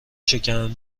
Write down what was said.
شکم